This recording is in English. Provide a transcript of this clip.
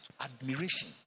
admiration